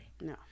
No